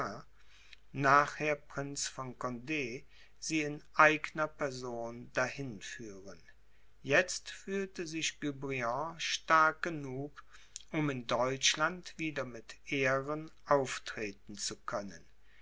nachherige prinz von cond sie in eigner person dahin führen jetzt fühlte sich guebriant stark genug um in deutschland wieder mit ehren auftreten zu können